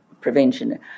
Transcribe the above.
prevention